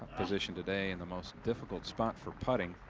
position today in the most difficult spot for putting.